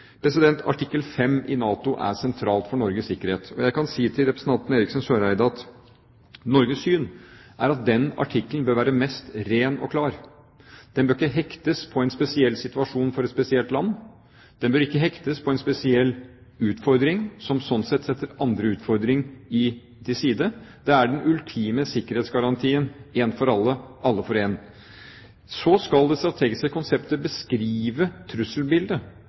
Artikkel 5 i NATO-traktaten er sentral for Norges sikkerhet. Jeg kan si til representanten Eriksen Søreide at Norges syn er at den artikkelen bør være mest ren og klar. Den bør ikke hektes på en spesiell situasjon for et spesielt land. Den bør ikke hektes på en spesiell utfordring, som slik sett setter andre utfordringer til side. Det er den ultimate sikkerhetsgarantien: en for alle, alle for en. Så skal det strategiske konseptet beskrive trusselbildet